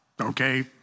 Okay